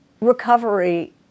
Recovery